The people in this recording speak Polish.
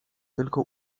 tylko